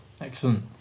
excellent